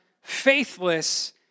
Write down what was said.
faithless